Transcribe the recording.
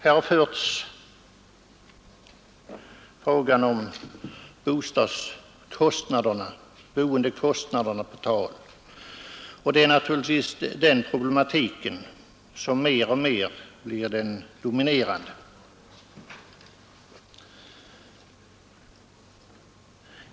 Här har boendekostnaderna förts på tal. Det är naturligtvis den problematiken som mer och mer blir dominerande.